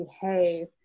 behave